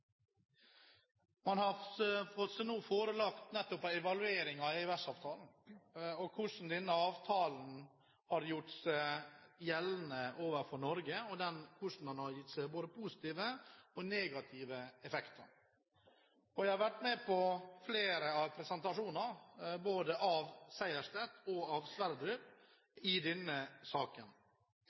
Man har nettopp fått seg forelagt en evaluering av EØS-avtalen – hvordan denne avtalen har gjort seg gjeldende overfor Norge, hvordan den har gitt både positive og negative effekter. Jeg har vært på flere av presentasjonene – både av Sejersted og av Sverdrup – i denne saken.